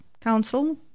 Council